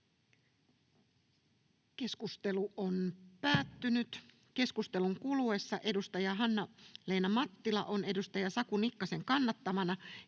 Time: N/A Content: Keskustelun kuluessa edustaja Hanna-Leena Mattila on edustaja Saku Nikkasen kannattamana